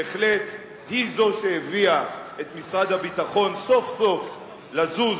בהחלט היא זו שהביאה את משרד הביטחון סוף-סוף לזוז